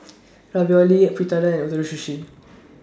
Ravioli Fritada and Ootoro Sushi